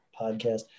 podcast